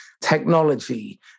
technology